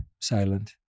silent